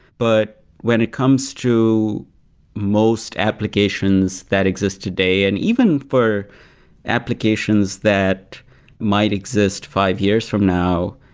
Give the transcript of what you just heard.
but when it comes to most applications that exist today, and even for applications that might exist five years from now,